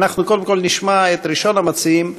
אנחנו קודם כול נשמע את ראשון המציעים,